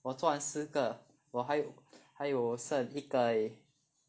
我做完四个我还有还有剩一个而已